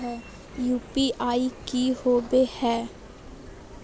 UPI की होवे हय?